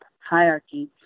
hierarchy